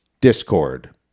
Discord